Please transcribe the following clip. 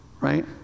Right